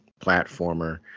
platformer